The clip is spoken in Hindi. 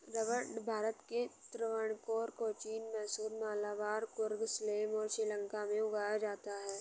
रबड़ भारत के त्रावणकोर, कोचीन, मैसूर, मलाबार, कुर्ग, सलेम और श्रीलंका में उगाया जाता है